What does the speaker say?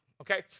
okay